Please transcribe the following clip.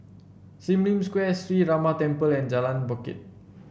Sim Lim Square Sree Ramar Temple and Jalan Bangket